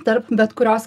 tarp bet kurios